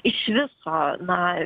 iš viso na